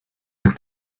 the